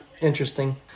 interesting